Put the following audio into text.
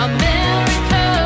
America